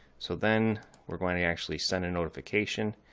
so then we're going to actually send a notification.